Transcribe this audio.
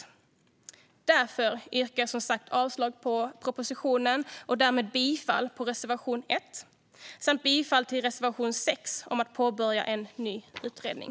Jag yrkar därför som sagt avslag på propositionen och yrkar i stället bifall till reservation 1 samt till reservation 6, som handlar om att påbörja en ny utredning.